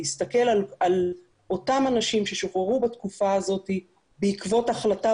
להסתכל על אותם שאנשים ששוחררו בתקופה הזאת בעקבות בהחלטה